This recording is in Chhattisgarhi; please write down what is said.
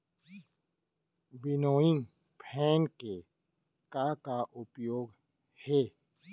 विनोइंग फैन के का का उपयोग हे?